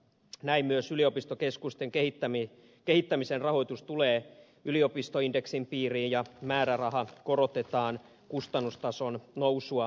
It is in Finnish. näin myös yliopistokeskusten kehittämisen rahoitus tulee yliopistoindeksin piiriin ja määräraha korotetaan kustannustason nousua vastaavasti